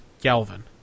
Galvin